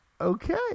Okay